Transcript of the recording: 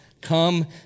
Come